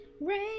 Rain